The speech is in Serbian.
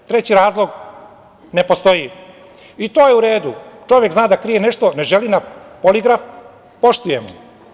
Treći razlog ne postoji i to je u redu, čovek zna da krije nešto, ne želi na poligraf, poštujemo.